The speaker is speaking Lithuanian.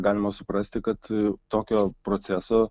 galima suprasti kad tokio proceso